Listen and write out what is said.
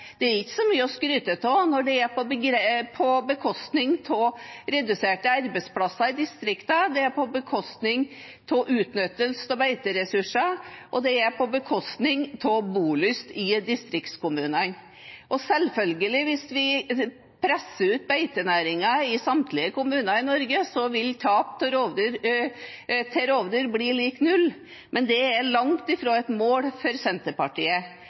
Det er ikke så mye å skryte av når det er på bekostning av reduserte arbeidsplasser i distriktene, det er på bekostning av utnyttelse av beiteressursene, og det er på bekostning av bolyst i distriktskommunene. Hvis vi presser ut beitenæringen i samtlige kommuner i Norge, vil selvfølgelig tap til rovdyr bli lik null, men det er langt ifra et mål for Senterpartiet.